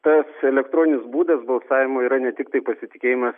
tas elektroninis būdas balsavimo yra ne tiktai pasitikėjimas